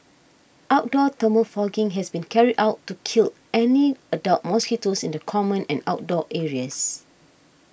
outdoor thermal fogging has been carried out to kill any adult mosquitoes in the common and outdoor areas